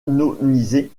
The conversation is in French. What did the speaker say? elle